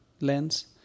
lens